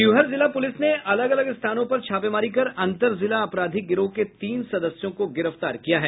शिवहर जिला पुलिस ने अलग अलग स्थानों पर छापेमारी कर अंतर जिला अपराधी गिरोह के तीन सदस्यों को गिरफ्तार किया है